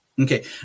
Okay